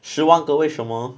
十万个为什么